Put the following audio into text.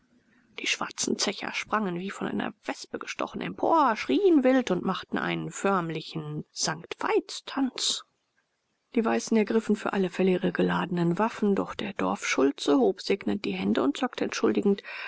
die schwarzen zecher sprangen wie von einer wespe gestochen empor schrien wild und machten einen förmlichen st veitstanz die weißen ergriffen für alle fälle ihre geladenen waffen doch der dorfschulze hob segnend die hände und sagte entschuldigend